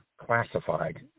classified